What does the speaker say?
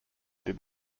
did